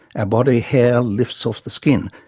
our body hair lifts off the skin,